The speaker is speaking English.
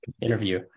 interview